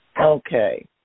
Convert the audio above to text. Okay